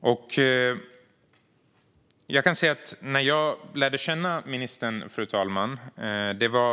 Fru talman! Jag lärde känna ministern